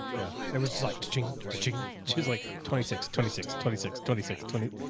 yeah, it was just like teaching teaching. she was like twenty six, twenty six, twenty six, twenty six, twenty.